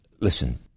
Listen